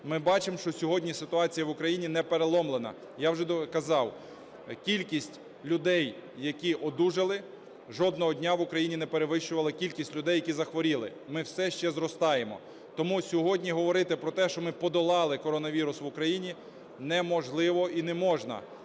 Ми бачимо, що сьогодні ситуація в Україні не переломлена, я вже казав. Кількість людей, які одужали, жодного дня в Україні не перевищувала кількість людей, які захворіли. Ми все ще зростаємо. Тому сьогодні говорити про те, що ми подолали коронавірус в Україні неможливо і неможна.